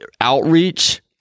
Outreach